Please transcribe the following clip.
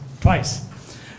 twice